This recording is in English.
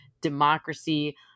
democracy